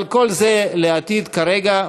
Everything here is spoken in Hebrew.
אבל כל זה לעתיד כרגע.